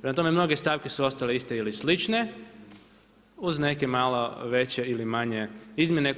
Prema tome, mnoge stavke su ostale iste ili slične uz neke malo veće ili manje izmjene